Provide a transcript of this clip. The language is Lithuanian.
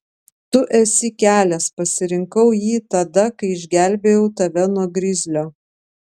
tu esi kelias pasirinkau jį tada kai išgelbėjau tave nuo grizlio